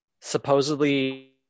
Supposedly